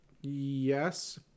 Yes